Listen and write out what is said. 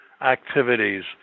activities